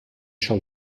schon